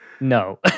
No